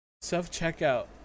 Self-checkout